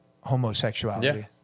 homosexuality